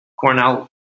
Cornell